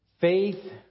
faith